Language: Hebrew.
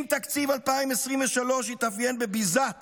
אם תקציב 2023 התאפיין בביזת